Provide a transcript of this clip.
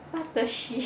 what the shit